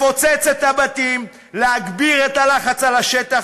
לפוצץ את הבתים, להגביר את הלחץ על השטח